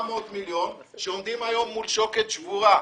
מיליון שקלים והן עומדות היום מול שוקת שבורה.